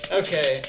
okay